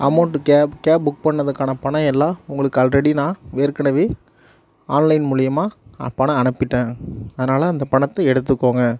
amount cab cab book பண்ணுனதுக்கான பணம் எல்லாம் உங்களுக்கு ஆல்ரெடி நான் ஏற்கனவே ஆன்லைன் மூலிமா பணம் அனுப்பிட்டேன் அதனால் அந்த பணத்தை எடுத்துக்கோங்க